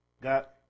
got